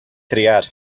triar